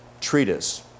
treatise